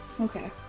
Okay